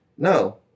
No